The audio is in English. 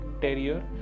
terrier